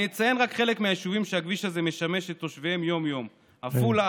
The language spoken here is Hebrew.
אני אציין רק חלק מהיישובים שהכביש הזה משמש את תושביהם יום-יום: עפולה,